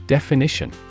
Definition